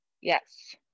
yes